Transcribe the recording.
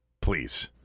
Please